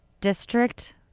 district